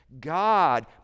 God